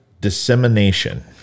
dissemination